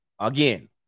Again